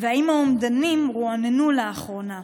2. האם האומדנים רועננו לאחרונה?